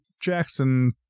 jackson